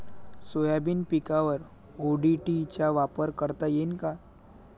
Soybean पिकावर ODT चा वापर करता येईन का?